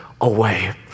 away